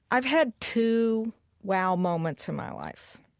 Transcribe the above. i've had two wow moments in my life.